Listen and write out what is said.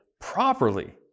properly